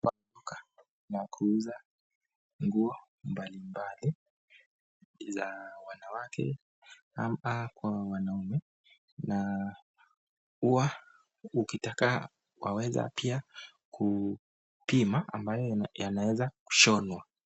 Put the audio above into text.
Hapa ni kwa duka la kuuza nguo mbalimbali, za wanawake ama kwa wanaume na kuwa ukitaka, waweza pia kupima ambayo yanaweza kushonwa.